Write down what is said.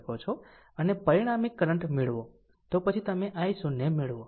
અને પરિણામી કરંટ મેળવો તો પછી તમે i0 મેળવો